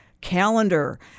calendar